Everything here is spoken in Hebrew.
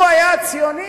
הוא היה הציוני?